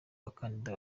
bakandida